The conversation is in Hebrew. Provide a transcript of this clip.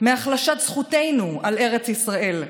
מהחלשות זכותנו על ארץ ישראל,